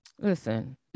Listen